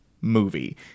movie